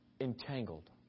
entangled